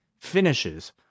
finishes